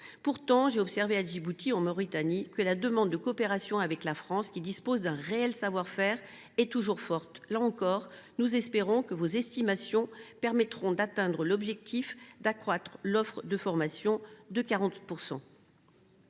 Pourtant, j’ai observé à Djibouti et en Mauritanie que la demande de coopération avec la France, qui dispose d’un réel savoir faire, est toujours forte. Là encore, nous espérons que vos estimations permettront d’atteindre l’objectif d’accroître l’offre de formation de 40 %.